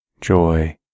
joy